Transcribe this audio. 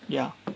ya